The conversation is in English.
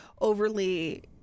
overly